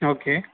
okay